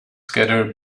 skater